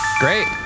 Great